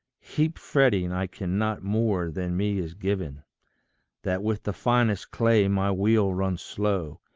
heap fretting i cannot more than me is given that with the finest clay my wheel runs slow,